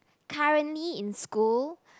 currently in school